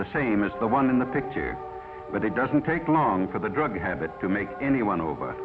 the same as the one in the picture but it doesn't take long for the drug habit to make anyone over